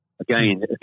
Again